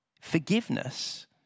forgiveness